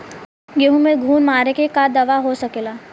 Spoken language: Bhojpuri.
गेहूँ में घुन मारे के का दवा हो सकेला?